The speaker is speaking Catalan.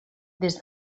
des